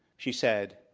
she said,